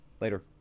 Later